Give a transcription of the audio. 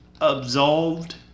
absolved